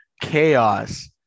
chaos